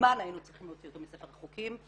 שמזמן היינו צריכים להוציא אותו מספר החוקים,